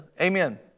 Amen